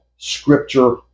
Scripture